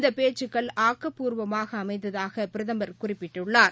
இந்த பேச்சுகள் ஆக்கப்பூர்வமாக அமைந்ததாக பிரதமர் குறிப்பிட்டுள்ளார்